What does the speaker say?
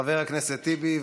חבר הכנסת טיבי.